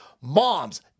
Moms